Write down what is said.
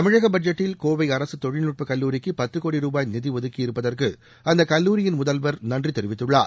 தமிழக பட்ஜெட்டில் கோவை அரசு தொழில்நுட்ப கல்லூரிக்கு பத்து கோடி ரூபாய் நிதி ஒதுக்கியிருப்பதற்கு அந்த கல்லூரியின் முதல்வர் நன்றி தெரிவித்துள்ளார்